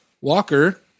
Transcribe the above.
Walker